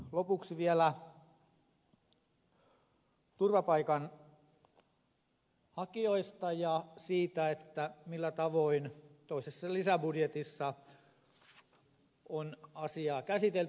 lopuksi vielä turvapaikanhakijoista ja siitä millä tavoin toisessa lisäbudjetissa on asiaa käsitelty